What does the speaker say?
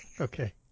Okay